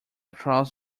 across